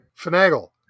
Finagle